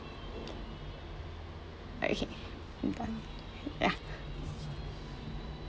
okay I'm done ya